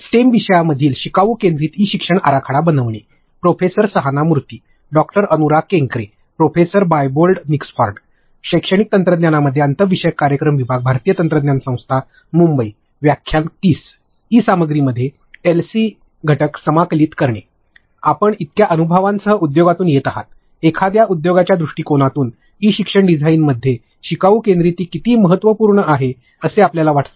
आपण इतक्या अनुभवांसह उद्योगातून येत आहात एखाद्या उद्योगाच्या दृष्टीकोनातून ई शिक्षण डिझाइन मध्ये शिकावू केंद्रीती किती महत्त्वपूर्ण आहे असे आपल्याला वाटते